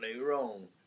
wrong